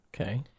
Okay